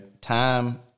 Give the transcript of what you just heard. time